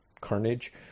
Carnage